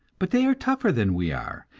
but they are tougher than we are,